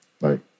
right